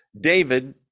David